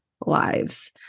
lives